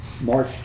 March